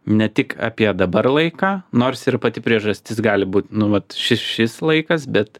ne tik apie dabar laiką nors ir pati priežastis gali būt nu vat šis šis laikas bet